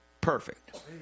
perfect